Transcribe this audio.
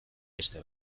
beste